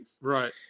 Right